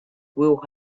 will